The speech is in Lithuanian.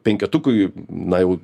penketukui na jau